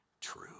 true